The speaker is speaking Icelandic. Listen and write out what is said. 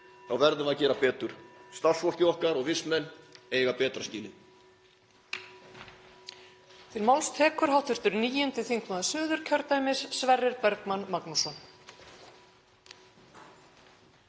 þá verðum við að gera betur. Starfsfólkið okkar og vistmenn eiga betra skilið.